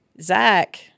Zach